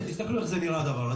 תסתכלו איך זה נראה הדבר הזה,